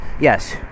Yes